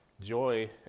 Joy